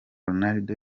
ronaldo